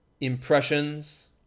impressions